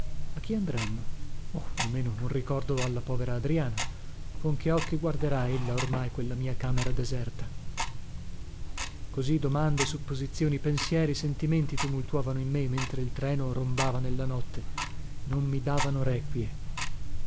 a chi andranno oh almeno un ricordo alla povera adriana con che occhi guarderà ella ormai quella mia camera deserta così domande supposizioni pensieri sentimenti tumultuavano in me mentre il treno rombava nella notte non mi davano requie